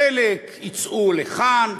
חלק יצאו לכאן,